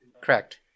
Correct